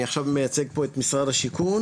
אני עכשיו מייצג פה את משרד השיכון.